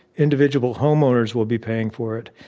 individual homeowners will be paying for it.